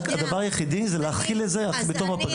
הדבר היחידי הוא להחיל את זה בתום הפגרה.